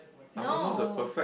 no